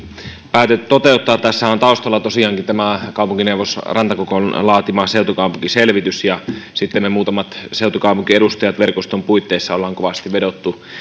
päätetty toteuttaa tässähän ovat taustalla tosiaankin tämä kaupunkineuvos rantakokon laatima seutukaupunkiselvitys ja sitten ne muutamat seutukaupunkiedustajat verkoston puitteissa ollaan kovasti vedottu